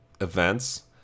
events